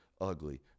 ugly